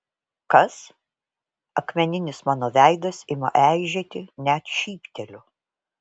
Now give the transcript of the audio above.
kas akmeninis mano veidas ima eižėti net šypteliu